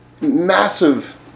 massive